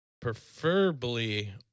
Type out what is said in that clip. Preferably